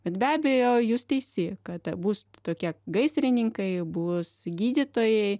bet be abejo jūs teisi kad bus tokie gaisrininkai bus gydytojai